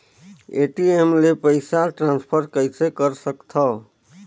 ATM ले पईसा transfer कइसे कर सकथव?